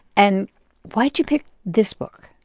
and why'd you pick this book?